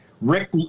Rick